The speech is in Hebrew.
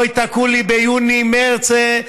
לא ייתקעו לי ביוני, מרס.